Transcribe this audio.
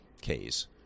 case